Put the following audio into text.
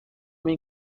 این